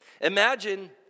Imagine